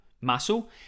muscle